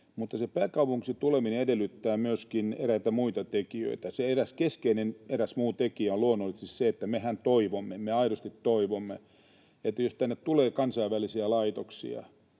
Mutta se pääkaupungiksi tuleminen edellyttää myöskin eräitä muita tekijöitä. Eräs keskeinen muu tekijä on luonnollisesti se, että mehän toivomme, me aidosti toivomme, että jos tänne tulee kansainvälisiä laitoksia,